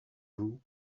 vous